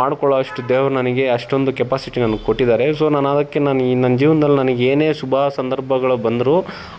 ಮಾಡಿಕೊಳ್ಳೋಷ್ಟು ದೇವ್ರು ನನಗೆ ಅಷ್ಟೊಂದು ಕೆಪಾಸಿಟಿ ನನ್ಗೆ ಕೊಟ್ಟಿದ್ದಾರೆ ಸೊ ನಾನು ಅದಕ್ಕೆ ನಾನು ಈ ನನ್ನ ಜೀವನ್ದಲ್ಲಿ ನನಗೆ ಏನೇ ಶುಭ ಸಂದರ್ಭಗಳು ಬಂದರೂ